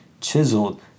chiseled